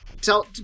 Tell